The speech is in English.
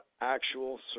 actual